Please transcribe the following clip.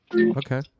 okay